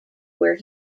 where